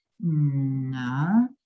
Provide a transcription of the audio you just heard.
No